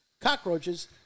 cockroaches